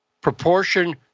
proportion